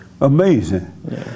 Amazing